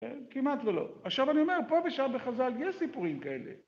‫כמעט ולא. עכשיו אני אומר, ‫פה ושם בחז'ל יש סיפורים כאלה.